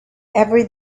every